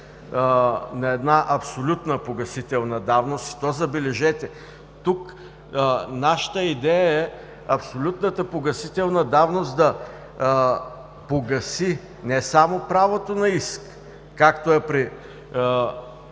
на една абсолютна погасителна давност, и то, забележете, тук нашата идея е абсолютната погасителна давност да погаси не само правото на иск, както е при